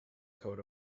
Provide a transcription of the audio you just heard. coat